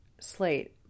slate